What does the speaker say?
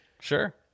Sure